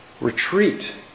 retreat